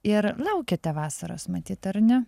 ir laukiate vasaros matyt ar ne